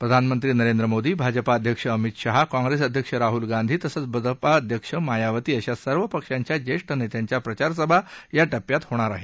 प्रधानमंत्री नरेंद्र मोदी भाजपाअध्यक्ष अमित शहा काँप्रेस अध्यक्ष राहुल गांधी तसंच बसपा अध्यक्ष मायावती अशा सर्व पक्षांच्या ज्येष्ठ नेत्यांच्या प्रचारसभा या टप्प्यात होणार आहेत